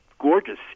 gorgeous